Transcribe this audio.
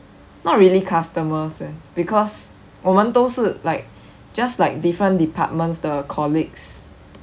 not really customers eh because 我们都是 like just like different departments 的 colleagues